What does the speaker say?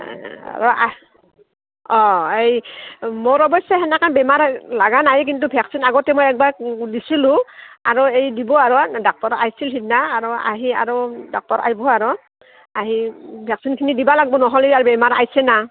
আৰু অঁ এই মোৰ অৱশ্যে সেনেকে বেমাৰ লাগা নাই কিন্তু ভেকচিন আগতে মই একবাৰ দিছিলোঁ আৰু এই দিব আৰু ডাক্টৰ আহইছিল সিদিনা আৰু আহি আৰু ডাক্টৰ আহবো আৰু আহি ভেকচিনখিনি দিবা লাগব নহ'লে আৰু বেমাৰ আহছে না